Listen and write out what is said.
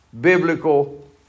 biblical